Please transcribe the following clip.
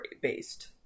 based